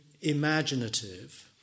imaginative